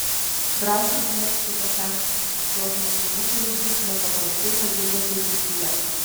drąsiai užmegzkite santykius su šiuo žmogumi kuris bus nepaprastai naudingas ateityje